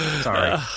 Sorry